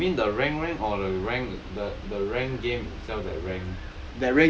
oh you mean the rank rank or the rank the the ranked game itself the rank